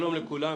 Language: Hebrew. שלום לכולם,